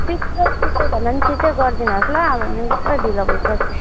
छिटो छिटो भन्दा पनि छिटो गरिदिनु होस् ल अब मेरो पुरा ढिलो भइसक्यो